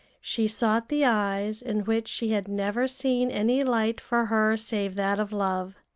she sought the eyes in which she had never seen any light for her save that of love.